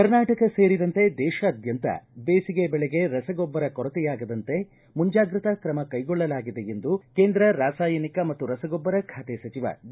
ಕರ್ನಾಟಕ ಸೇರಿದಂತೆ ದೇಶಾದ್ಯಂತ ಬೇಸಿಗೆ ಬೆಳೆಗೆ ರಸಗೊಬ್ಬರ ಕೊರತೆಯಾಗದಂತೆ ಮುಂಜಾಗ್ರತಾ ಕ್ರಮ ಕೈಗೊಳ್ಳಲಾಗಿದೆ ಎಂದು ಕೇಂದ್ರ ರಾಸಾಯನಿಕ ಮತ್ತು ರಸಗೊಬ್ಬರ ಖಾತೆ ಸಚಿವ ಡಿ